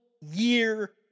year